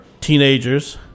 teenagers